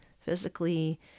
physically